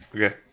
Okay